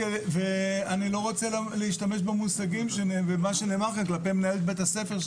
אני לא רוצה להשתמש במושגים ובמה שנאמר כאן כלפיי מנהלת בית הספר,